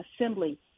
assembly